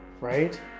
right